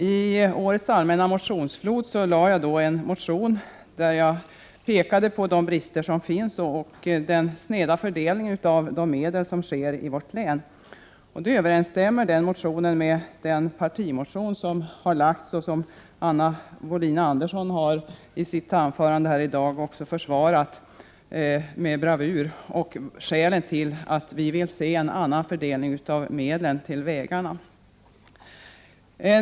IT årets allmänna motionsflod bidrog jag med en motion, där jag pekade på de brister som finns och den sneda fördelning av medel som sker i vårt län. Motionen överensstämmer med den partimotion som Anna Wohlin-Andersson sitt anförande i dag försvarade med bravur och där skälen anges till att vi i centerpartiet vill ha en annan fördelning av medlen till vägarna.